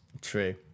True